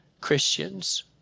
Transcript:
Christians